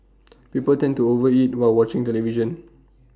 people tend to over eat while watching television